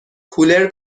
کولر